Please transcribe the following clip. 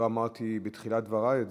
לא אמרתי את זה בתחילת דברי,